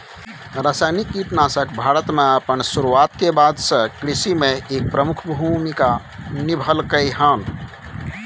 रासायनिक कीटनाशक भारत में अपन शुरुआत के बाद से कृषि में एक प्रमुख भूमिका निभलकय हन